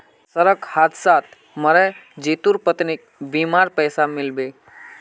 सड़क हादसात मरे जितुर पत्नीक बीमार पैसा मिल बे